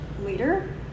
later